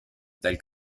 dal